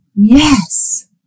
yes